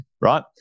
Right